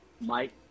Mike